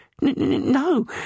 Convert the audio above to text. No